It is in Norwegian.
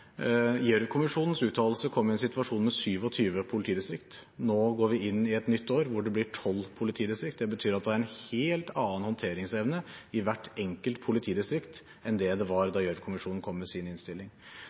uttalelse kom i en situasjon med 27 politidistrikter. Nå går vi inn i et nytt år hvor det blir 12 politidistrikter. Det betyr at det er en helt annen håndteringsevne i hvert enkelt politidistrikt enn hva det var da Gjørv-kommisjonen kom med sin innstilling.